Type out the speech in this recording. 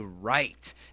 right